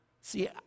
See